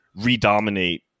redominate